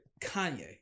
Kanye